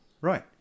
Right